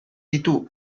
ditu